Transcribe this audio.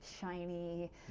shiny